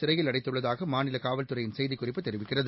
சிறையில் அடைத்துள்ளதாகமாநிலகாவல்துறைசெய்திக்குறிப்பு தெரிவிக்கிறது